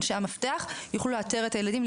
אנשי המפתח יוכלו לאתר את הילדים,